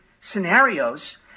scenarios